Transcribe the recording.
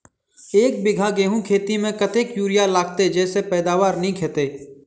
एक बीघा गेंहूँ खेती मे कतेक यूरिया लागतै जयसँ पैदावार नीक हेतइ?